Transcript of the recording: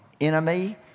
enemy